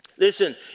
Listen